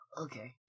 Okay